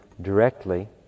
directly